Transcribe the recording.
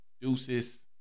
Deuces